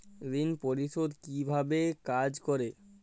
ঋণ পরিশোধ কিভাবে কাজ করে?